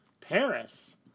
Paris